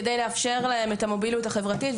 כדי לאפשר להם את המוביליות החברתית,